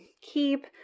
Keep